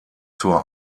zur